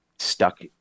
stuck